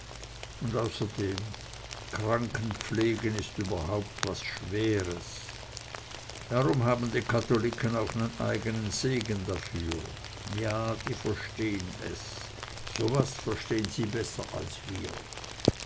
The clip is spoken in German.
und außerdem krankenpflegen ist überhaupt was schweres darum haben die katholiken auch nen eignen segen dafür ja die verstehn es so was verstehn sie besser als wir